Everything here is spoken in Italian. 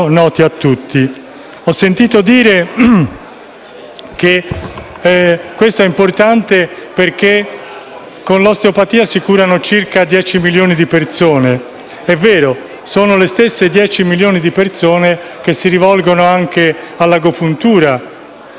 all'omeopatia. Quindi, io spero che, prima o poi, anche queste figure professionali, che sono sicuramente delle figure professionali di sostegno e di integrazione a livello medico, vengano finalmente riconosciute e accettate anche da questo Parlamento.